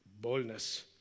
boldness